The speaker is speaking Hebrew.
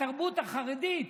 התרבות החרדית,